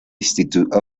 institute